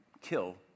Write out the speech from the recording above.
kill